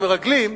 המרגלים,